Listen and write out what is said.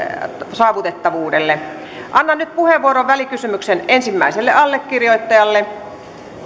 saavutettavuudelle annan nyt puheenvuoron välikysymyksen ensimmäiselle allekirjoittajalle